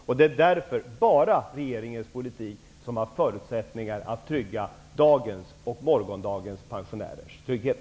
Därför är det bara regeringens politik som har förusättningar att säkra dagens och morgondagens pensionärers trygghet.